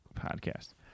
podcast